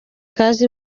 kaza